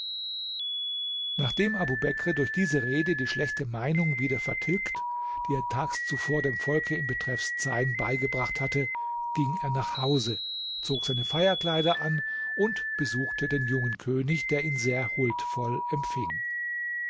nachdem abubekr durch diese rede die schlechte meinung wieder vertilgt die er tags zuvor dem volke in betreff zeyns beigebracht hatte ging er nach hause zog seine feierkleider an und besuchte den jungen könig der ihn sehr huldvoll empfing